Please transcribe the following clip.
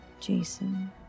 Jason